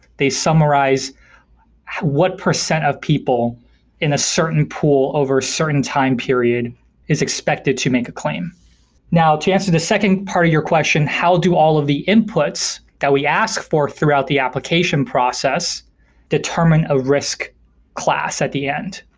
they summarize what percent of people in a certain pool over a certain time period is expected to make a claim now to answer the second part of your question, how do all of the inputs that we asked for throughout the application process determine a risk class at the end?